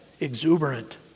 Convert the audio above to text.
exuberant